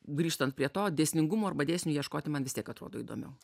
grįžtant prie to dėsningumo arba dėsnių ieškoti man vis tiek atrodo įdomiau